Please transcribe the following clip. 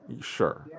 Sure